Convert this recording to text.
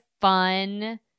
fun